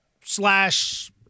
slash